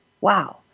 Wow